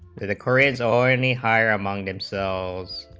nic arrays all any higher among themselves,